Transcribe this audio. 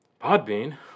Podbean